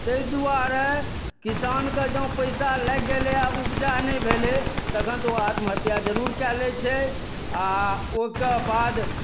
ताहि दुआरे किसानकेँ जँ पैसा लागि गेलै आ उपजा नहि भेलै तखन तऽ ओ आत्महत्या जरूर कए लैत छै आ ओहिके बाद